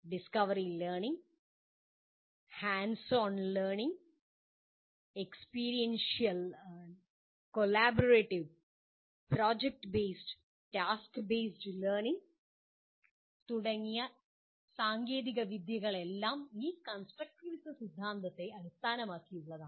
discovery learning hands on learning experiential collaborative project based task based learning തുടങ്ങിയ സാങ്കേതിക വിദ്യകളെല്ലാം ഈ കൺസ്ട്രക്റ്റിവിസ സിദ്ധാന്തത്തെ അടിസ്ഥാനമാക്കിയുള്ളതാണ്